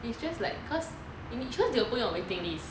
it's just like cause if you they will put you on waiting list